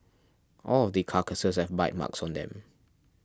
all of the carcasses have bite marks on them